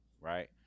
right